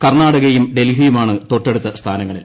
കർണാടകയും ഡൽഹിയുമാണ് തൊട്ടടുത്ത സ്ഥാനങ്ങളിൽ